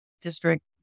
district